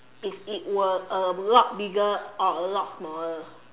if it were a lot bigger or a lot smaller